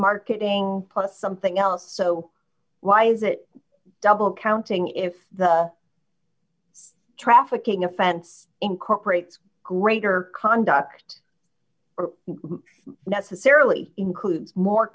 marketing something else so why is it double counting if the trafficking offense incorporates greater conduct or necessarily includes more